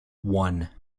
one